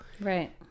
right